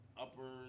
uppers